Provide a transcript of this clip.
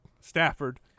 Stafford